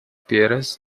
piedras